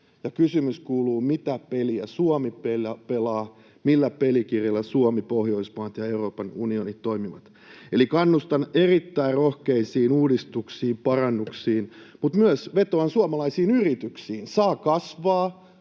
kysymys kuuluu: mitä peliä Suomi pelaa, ja millä pelikirjalla Suomi, Pohjoismaat ja Euroopan unioni toimivat? Eli kannustan erittäin rohkeisiin uudistuksiin ja parannuksiin mutta myös vetoan suomalaisiin yrityksiin: saa kasvaa,